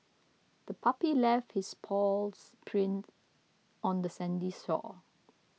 the puppy left its paw prints on the sandy shore